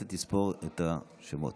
את שמו?